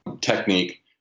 technique